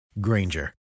Granger